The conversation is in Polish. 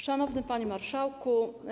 Szanowny Panie Marszałku!